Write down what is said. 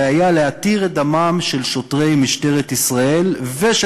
בעיה להתיר את דמם של שוטרי משטרת ישראל ושל